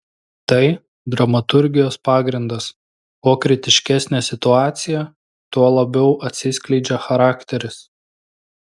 tai dramaturgijos pagrindas kuo kritiškesnė situacija tuo labiau atsiskleidžia charakteris